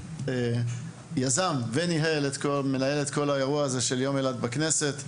שיזם ומנהל את האירוע של יום אילת בכנסת.